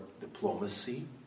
diplomacy